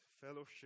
fellowship